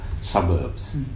suburbs